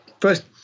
First